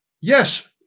yes